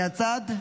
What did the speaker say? מהצד.